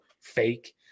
fake